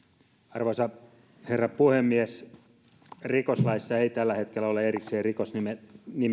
arvoisa herra puhemies rikoslaissa ei tällä hetkellä ole erikseen rikosnimikettä